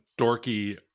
dorky